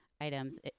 items